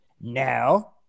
now